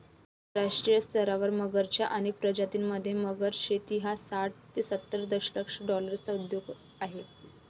आंतरराष्ट्रीय स्तरावर मगरच्या अनेक प्रजातीं मध्ये, मगर शेती हा साठ ते सत्तर दशलक्ष डॉलर्सचा उद्योग आहे